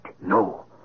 No